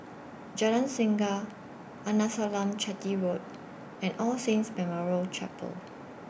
Jalan Singa Arnasalam Chetty Road and All Saints Memorial Chapel